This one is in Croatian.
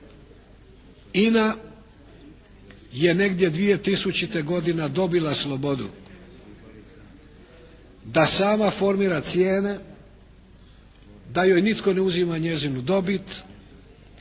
INA je negdje 2000. godine dobila slobodu da sama formira cijene, da joj nitko ne uzima njezinu dobit